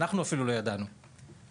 שאנחנו אפילו לא ידענו על זה.